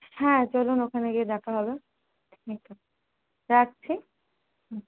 হ্যাঁ চলুন ওখানে গিয়ে দেখা হবে ঠিক আছে রাখছি হুম